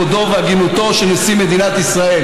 ספק בכבודו ובהגינותו של נשיא מדינת ישראל.